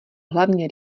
hlavně